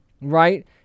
right